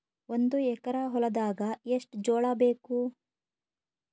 ಒಂದು ಎಕರ ಹೊಲದಾಗ ಎಷ್ಟು ಜೋಳಾಬೇಕು?